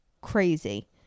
Crazy